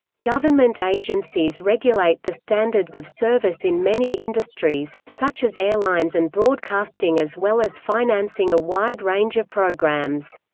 government agencies regulate the standards of service in many industries, such as airlines and broadcasting as well as financing a wide range of programs.